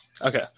Okay